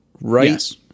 right